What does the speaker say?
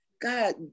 God